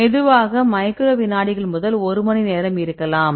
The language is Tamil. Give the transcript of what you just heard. மெதுவேகமாக மைக்ரோ விநாடிகள் முதல் ஒரு மணி நேரம் இருக்கலாம்